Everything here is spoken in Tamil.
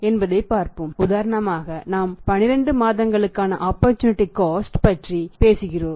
எனவே இந்த காரணத்தினால் அவர் லோடிங் ஃபேக்டர் ஐ பற்றி பேசுகிறோம்